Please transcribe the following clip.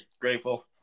grateful